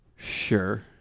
sure